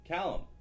Callum